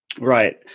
Right